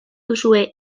duzue